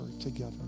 together